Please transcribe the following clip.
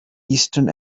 eastern